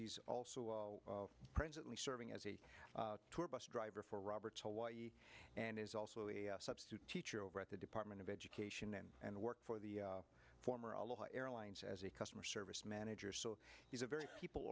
he's also presently serving as a tour bus driver for robert's hawaii and is also a substitute teacher over at the department of education and work for the former aloha airlines as a customer service manager so he's a very people